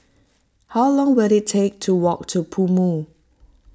how long will it take to walk to PoMo